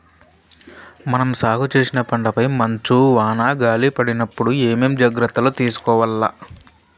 మనం సాగు చేసిన పంటపై మంచు, వాన, గాలి పడినప్పుడు ఏమేం జాగ్రత్తలు తీసుకోవల్ల?